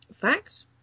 fact